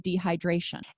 dehydration